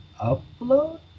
Upload